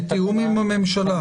בתיאום עם הממשלה.